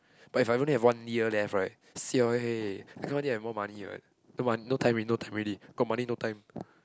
but if I only have one year left right siao eh I cannot only have more money what no one no time already no time already got money no time